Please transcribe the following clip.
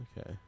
Okay